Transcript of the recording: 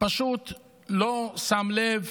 לא שם לב